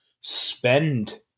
spend